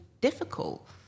difficult